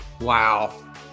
Wow